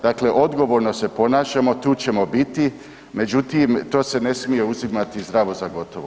Dakle, odgovorno se ponašamo, tu ćemo biti, međutim to se ne smije uzimati zdravo za gotovo.